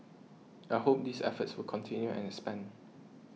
I hope these efforts will continue and expand